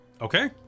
Okay